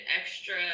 extra